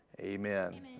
amen